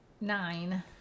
nine